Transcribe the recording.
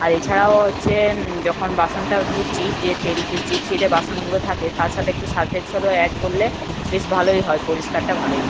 আর এছাড়াও হচ্ছে যখন বাসনটাও ধুচ্ছি যে তেল তি চিটচিটে বাসনগুলো থাকে তার সাথে একটু সার্ফ এক্সেলও অ্যাড করলে বেশ ভালোই হয় পরিষ্কারটা ভালোই হয়